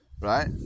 Right